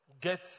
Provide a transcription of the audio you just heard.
get